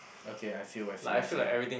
okay I feel I feel I feel